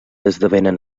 esdevenen